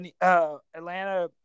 Atlanta